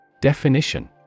Definition